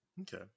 Okay